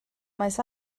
maes